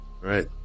right